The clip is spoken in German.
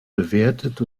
bewertet